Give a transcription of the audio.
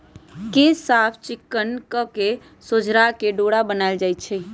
केश साफ़ चिक्कन कके सोझरा के डोरा बनाएल जाइ छइ